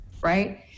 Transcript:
right